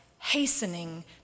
hastening